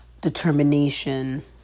determination